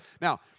Now